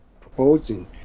proposing